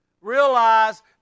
Realize